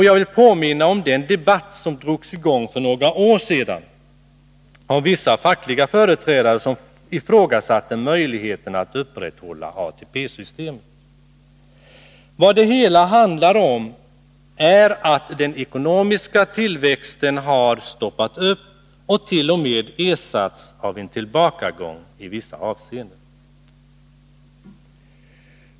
Jag vill påminna om den debatt som drogs i gång för några år sedan av vissa fackliga företrädare, som ifrågasatte möjligheterna att upprätthålla ATP systemet. Vad det hela handlar om är att den ekonomiska tillväxten har stoppat upp och t.o.m. ersatts av en tillbakagång i vissa avseenden.